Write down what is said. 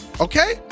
Okay